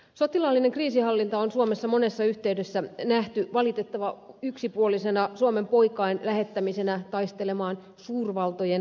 sotilaallinen kriisinhallinta on suomessa monessa yhteydessä nähty valitettavan yksipuolisena suomen poikain lähettämisenä taistelemaan suurvaltojen kauppapoliittisia sotia